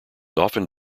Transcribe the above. often